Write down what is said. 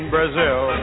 Brazil